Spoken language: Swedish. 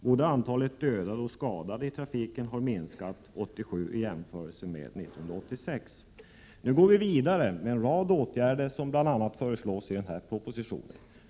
Både antalet dödade och antalet skadade i trafiken har minskat 1987 i jämförelse med 1986. Nu går vi vidare med en rad åtgärder som bl.a. föreslås i propositionen.